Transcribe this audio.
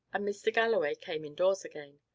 mr. galloway came indoors again.